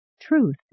Truth